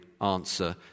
answer